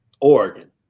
Oregon